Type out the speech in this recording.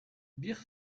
bir